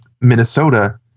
Minnesota